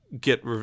get